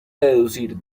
deducir